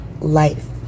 life